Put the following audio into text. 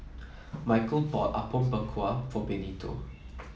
Micheal bought Apom Berkuah for Benito